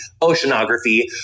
oceanography